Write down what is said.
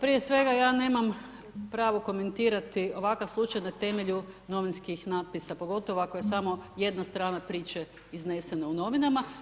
Prije svega ja nemam pravo komentirati ovakav slučaj na temelju novinskih natpisa, pogotovo ako je samo jedna strana priče iznesena u novinama.